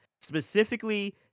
specifically